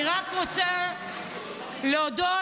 אני רק רוצה להודות